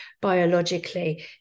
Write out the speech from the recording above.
biologically